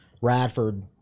Radford